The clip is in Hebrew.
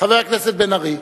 חבר הכנסת בן-ארי.